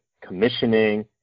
commissioning